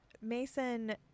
Mason